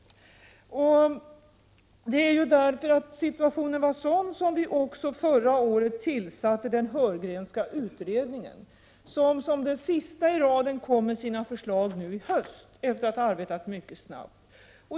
Det är därför att situationen var sådan som vi förra året tillsatte den Heurgrenska utredningen, som — som den sista i raden — kom med sina förslag nu i höst, efter att ha arbetat mycket snabbt.